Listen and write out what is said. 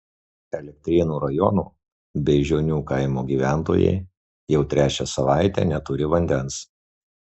elektrėnų rajono beižionių kaimo gyventojai jau trečią savaitę neturi vandens